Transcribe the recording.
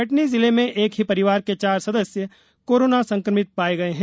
कटनी जिले में एक ही परिवार के चार सदस्य कोरोना संक्रमित पाए गये हैं